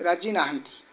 ରାଜି ନାହାନ୍ତି